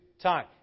time